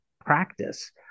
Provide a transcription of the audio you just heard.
practice